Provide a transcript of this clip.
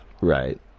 Right